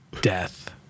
death